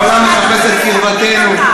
העולם מחפש את קרבתנו,